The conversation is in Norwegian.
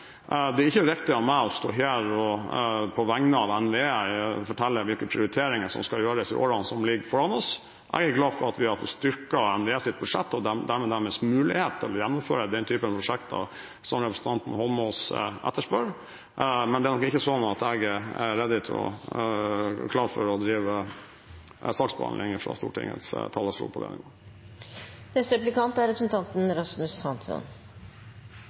Det er ikke riktig av meg å stå her, på vegne av NVE, og fortelle hvilke prioriteringer som skal gjøres i årene som ligger foran oss. Jeg er glad for at vi har fått styrket NVEs budsjett og dermed deres mulighet til å gjennomføre den typen prosjekter som representanten Eidsvoll Holmås etterspør. Men det er nok ikke slik at jeg er klar for å drive saksbehandling om dette fra Stortingets talerstol. Opovassdraget er vernet av Stortinget, basert på